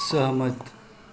सहमति